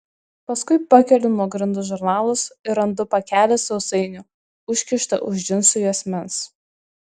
paskui pakeliu nuo grindų žurnalus ir randu pakelį sausainių užkištą už džinsų juosmens